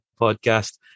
podcast